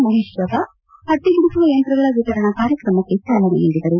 ಮಹೇಶ್ವರ್ ರಾವ್ ಹತ್ತಿ ಬಿಡಿಸುವ ಯಂತ್ರಗಳ ವಿತರಣಾ ಕಾರ್ಯಕ್ರಮಕ್ಕೆ ಚಾಲನೆ ನೀಡಿದರು